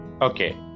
okay